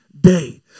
day